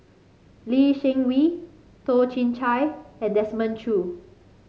Lee Seng Wee Toh Chin Chye and Desmond Choo